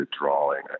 drawing